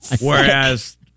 whereas